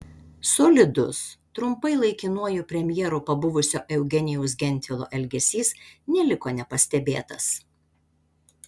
solidus trumpai laikinuoju premjeru pabuvusio eugenijaus gentvilo elgesys neliko nepastebėtas